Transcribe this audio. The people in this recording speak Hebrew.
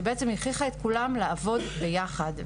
שבעצם הכריחה את כולם לעבוד ביחד.